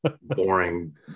boring